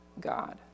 God